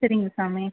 சரிங்க சாமி